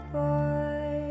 boy